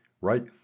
right